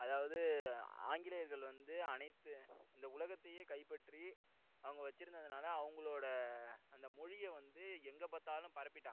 அதாவது ஆங்கிலேயர்கள் வந்து அனைத்து இந்த உலகத்தையே கைப்பற்றி அவங்க வச்சிருந்ததினால அவங்களோட அந்த மொழியை வந்து எங்கே பார்த்தாலும் பரப்பிவிட்டாங்க